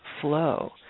flow